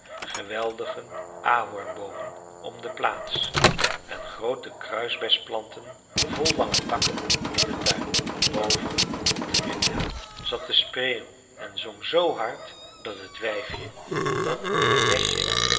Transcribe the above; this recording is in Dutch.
geweldige ahornboomen om de plaats en groote kruisbesplanten vol lange takken in den tuin boven op den windhaan zat de spreeuw en zong zoo hard dat het wijfje dat in t nestje